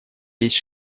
есть